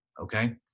okay